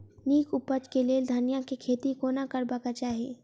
नीक उपज केँ लेल धनिया केँ खेती कोना करबाक चाहि?